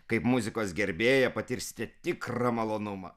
kaip muzikos gerbėja patirsite tikrą malonumą